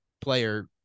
player